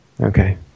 okay